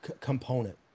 component